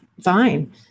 fine